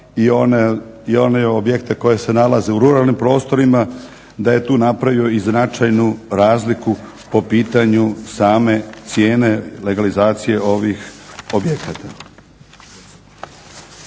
i one objekte koji se nalaze u ruralnim prostorima, da je tu napravio i značajnu razliku po pitanju same cijene legalizacije ovih objekata.